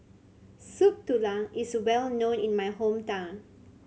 Soup Tulang is well known in my hometown